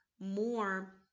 more